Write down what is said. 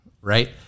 right